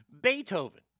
Beethoven